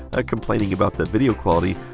ah complaining about the video quality,